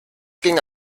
ging